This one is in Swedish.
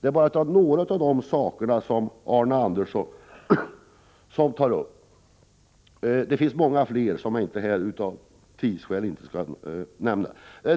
Det är bara några av de saker som Arne Andersson tar upp — det finns många fler, som jag av tidsskäl skall avstå från att nämna.